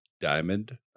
diamond